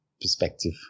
perspective